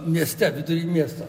mieste vidury miesto